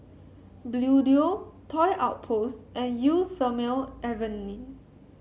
Bluedio Toy Outpost and Eau Thermale Avene